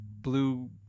blue